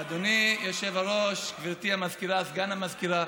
אדוני היושב-ראש, גברתי המזכירה, סגן המזכירה,